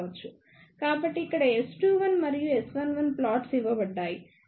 కాబట్టి ఇక్కడ S21 మరియు S11 ప్లాట్స్ ఇవ్వబడ్డాయి